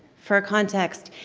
for context,